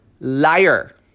liar